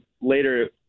later